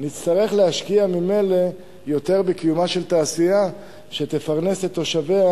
נצטרך ממילא להשקיע יותר בקיומה של תעשייה שתפרנס את תושביה,